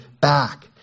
back